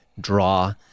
draw